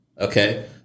Okay